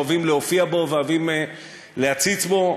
אוהבים להופיע בו ואוהבים להציץ בו,